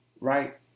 right